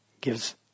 Gives